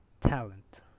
talent